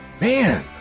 Man